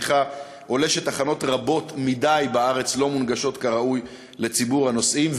עולה שתחנות רבות מדי בארץ לא מונגשות כראוי לציבור הנוסעים,